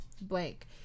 blank